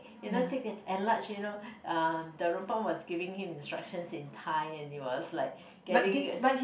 you know take enlarge you know uh Darunpan was giving him instructions in Thai and it was like getting